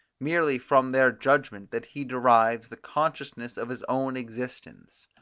merely from their judgment that he derives the consciousness of his own existence.